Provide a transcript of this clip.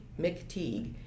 McTeague